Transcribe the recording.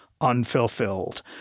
Unfulfilled